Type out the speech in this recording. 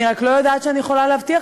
אני רק לא יודעת אם אני יכולה להבטיח